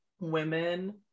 women